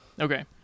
Okay